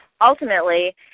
Ultimately